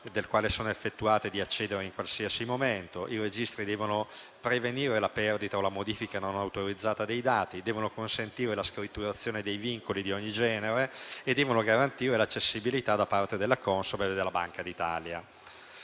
del quale sono effettuate di accedere in qualsiasi momento. I registri devono prevenire la perdita o la modifica non autorizzata dei dati, consentire la scritturazione dei vincoli di ogni genere e garantire l'accessibilità da parte della Consob e della Banca d'Italia.